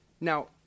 Now